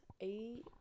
eight